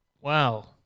wow